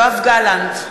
יואב גלנט,